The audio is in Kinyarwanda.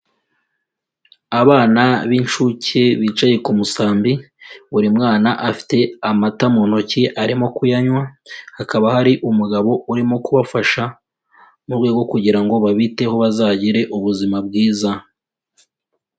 Abana b'inshuke bicaye ku musambi buri mwana afite amata mu ntoki arimo kuyanywa, hakaba hari umugabo urimo kubafasha mu rwego rwo kugira ngo babiteho bazagire ubuzima bwiza.